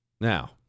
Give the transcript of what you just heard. Now